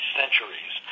centuries